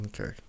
okay